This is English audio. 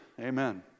amen